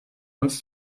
uns